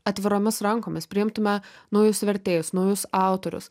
atviromis rankomis priimtume naujus vertėjus naujus autorius